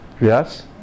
yes